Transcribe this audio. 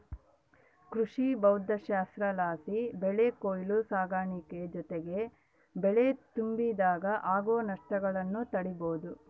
ಕೃಷಿಭೌದ್ದಶಾಸ್ತ್ರಲಾಸಿ ಬೆಳೆ ಕೊಯ್ಲು ಸಾಗಾಣಿಕೆ ಜೊತಿಗೆ ಬೆಳೆ ತುಂಬಿಡಾಗ ಆಗೋ ನಷ್ಟಗುಳ್ನ ತಡೀಬೋದು